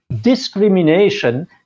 discrimination